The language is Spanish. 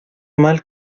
mal